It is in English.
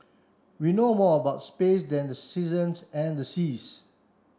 we know more about space than the seasons and the seas